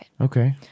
Okay